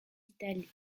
d’italie